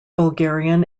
bulgarian